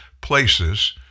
places